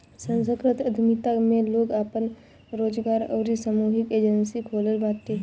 सांस्कृतिक उद्यमिता में लोग आपन रोजगार अउरी सामूहिक एजेंजी खोलत बाटे